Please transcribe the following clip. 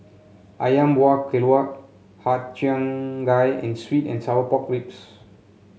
ayam Wuah Keluak Har Cheong Gai and sweet and Sour Pork Ribs